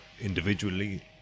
individually